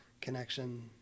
connection